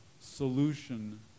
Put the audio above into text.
solution